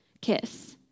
kiss